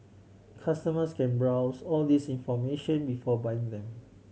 customers can browse all this information before buying them